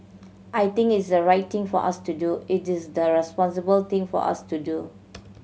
I think it's the right thing for us to do it is the responsible thing for us to do